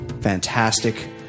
fantastic